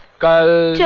go.